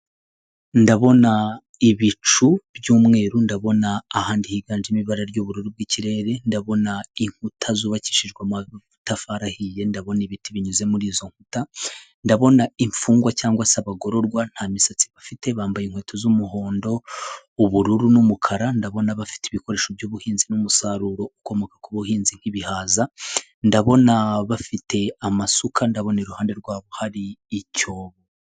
Ndabona ibicu by'umweru ndabona ahandi higanjemo ibara ry'ubururu bw'ikirere ndabona inkuta zubakishijwe amatafari ahiye ndabona ibiti binyuze muri izo nkuta ndabona imfungwa cyangwa se abagororwa nta misatsi bafite bambaye inkweto z'umuhondo ubururu n'umukara ndabona bafite ibikoresho by'ubuhinzi n'umusaruro ukomoka ku buhinzi nk'ibihaza ndabona bafite amasuka, ndabona iruhande rwabo hari icyobo.